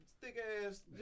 thick-ass